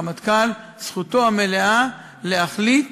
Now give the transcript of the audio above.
הרמטכ"ל, זכותו המלאה להחליט